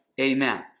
amen